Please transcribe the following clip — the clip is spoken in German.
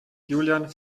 julian